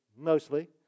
mostly